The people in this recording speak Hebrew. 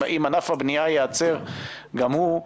אם ענף הבנייה ייעצר גם הוא,